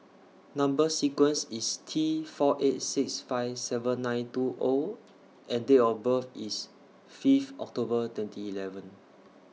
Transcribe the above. Number sequence IS T four eight six five seven nine two O and Date of birth IS Fifth October twenty eleven